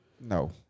No